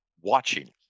watching